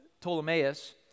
Ptolemaeus